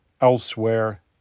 elsewhere